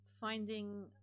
finding